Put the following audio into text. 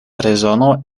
rezono